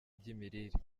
iby’imirire